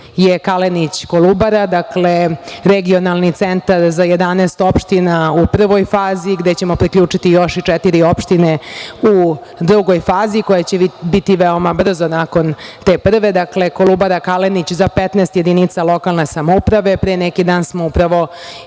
je Kalenić „Kolubara“, Regionalni centar za 11 opština u prvoj fazi gde ćemo priključiti još i četiri opštine u drugoj fazi koja će biti veoma brzo nakon te prve. Dakle, „Kolubara“ Kalenić za 15 jedinica lokalne samouprave. Pre neki dan smo upravo